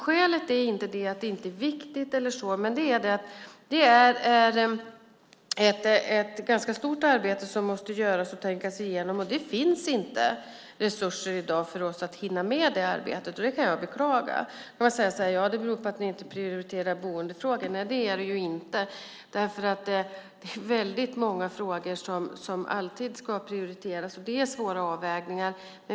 Skälet är inte att det inte är viktigt, men det är ett ganska stort arbete som måste göras och tänkas igenom. Det finns inte resurser i dag för oss att hinna med det arbetet. Det kan jag beklaga. Man kan säga att det beror på att vi inte prioriterar boendefrågor. Så är det inte. Det är väldigt många frågor som alltid ska prioriteras. Det är svåra avvägningar.